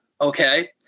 Okay